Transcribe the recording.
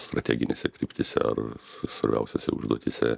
strateginėse kryptyse ar svarbiausiose užduotyse